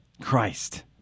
Christ